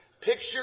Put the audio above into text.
picture